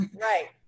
Right